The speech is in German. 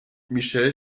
michelle